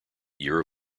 year